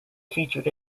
featured